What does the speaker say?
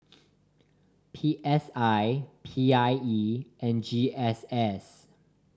P S I P I E and G S S